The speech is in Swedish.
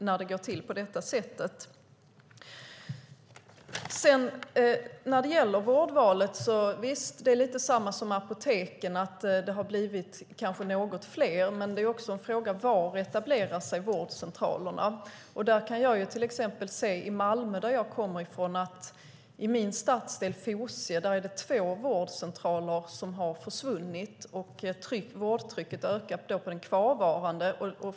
När det gäller vårdvalet är det lite samma sak som med apoteken: Det kanske har blivit något fler, men det är också en fråga om var vårdcentralerna etablerar sig. I Malmö där jag kommer ifrån har två vårdcentraler försvunnit i min stadsdel Fosie, och vårdtrycket ökar på den kvarvarande.